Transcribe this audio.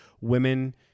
women